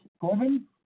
Corbin